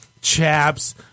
chaps